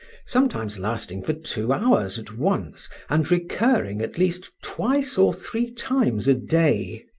sometimes lasting for two hours at once, and recurring at least twice or three times a day.